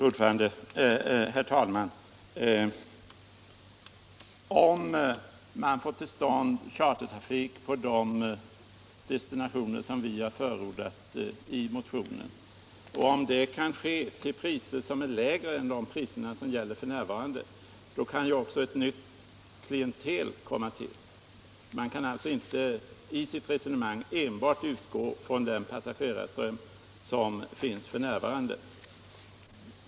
Herr talman! Om man får till stånd chartertrafik på de destinationer som vi har förordat i motionen, och om det kan ske till priser som är lägre än de priser som gäller nu, kan ju också ett nytt klientel tillkomma. Man kan alltså inte i sitt resonemang utgå från enbart den passagerarström som finns f.n.